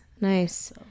Nice